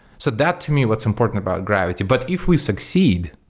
so that to me, what's important about gravity. but if we succeed,